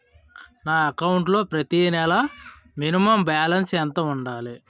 నా అకౌంట్ లో ప్రతి నెల మినిమం బాలన్స్ ఎంత ఉండాలి?